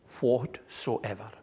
whatsoever